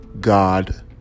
God